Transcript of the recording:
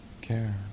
care